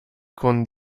con